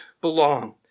belong